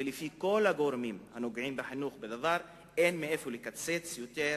ולפי כל הגורמים הנוגעים בחינוך אין איפה לקצץ יותר,